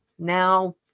Now